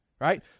right